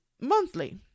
monthly